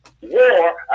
war